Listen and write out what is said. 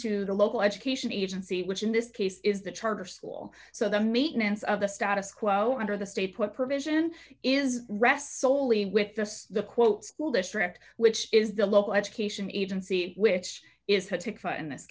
to the local education agency which in this case is the charter school so the maintenance of the status quo under the state put provision is rest solely with this the quote school district which is the local education agency which is